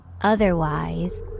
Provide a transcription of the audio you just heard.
otherwise